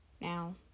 Now